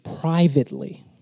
privately